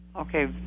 Okay